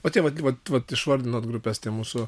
o tai vat vat vat išvardinot grupes tai mūsų